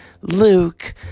Luke